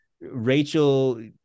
Rachel